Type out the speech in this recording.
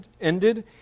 ended